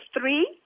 three